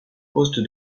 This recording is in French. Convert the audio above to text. poste